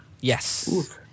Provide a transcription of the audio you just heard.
Yes